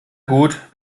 gut